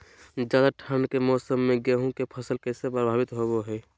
ज्यादा ठंड के मौसम में गेहूं के फसल कैसे प्रभावित होबो हय?